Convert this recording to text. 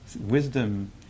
wisdom